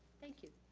thank you.